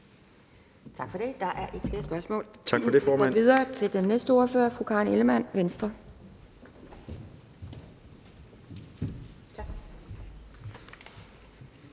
Tak for det. Der er ikke flere spørgsmål. Vi går videre til den næste ordfører, fru Karen Ellemann, Venstre.